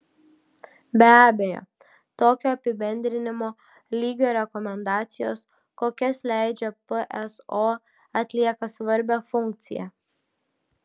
be abejo tokio apibendrinimo lygio rekomendacijos kokias leidžia pso atlieka svarbią funkciją